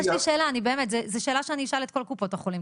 יש לי שאלה וזו שאלה שאני אשאל את כל קופות החולים,